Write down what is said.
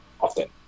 often